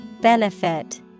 Benefit